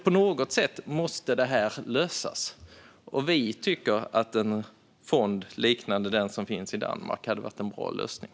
På något sätt måste det lösas. Vi tycker att en fond, liknande den som finns i Danmark, skulle vara en bra lösning.